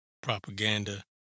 propaganda